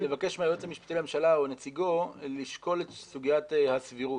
אולי גם לבקש מהיועץ המשפטי לממשלה או נציגו לשקול את סוגיית הסבירות